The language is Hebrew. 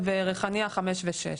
ובריחאניה חמש ושש.